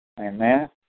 Amen